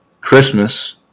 Christmas